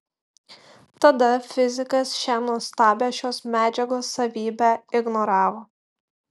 tada fizikas šią nuostabią šios medžiagos savybę ignoravo